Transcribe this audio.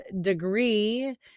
degree